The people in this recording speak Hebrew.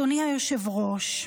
אדוני היושב-ראש,